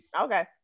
Okay